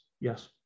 yes